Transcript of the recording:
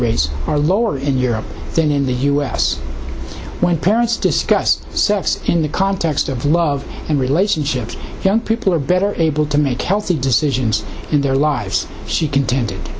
rates are lower in europe than in the us when parents discussed sets in the context of love and relationships young people are better able to make healthy decisions in their lives she contended